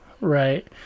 right